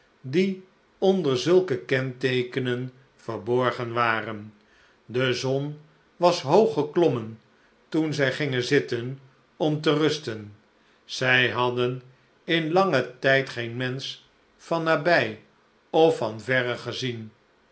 die onder zulke kenteekenen verborgen waren de zon was hoog geklommen toen zij gingen zitten om te rusten zij hadden in langen tijd geen mensch van nabij of van verre gezien